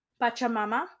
pachamama